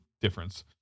difference